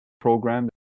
program